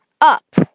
up